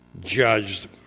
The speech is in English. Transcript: judged